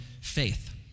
faith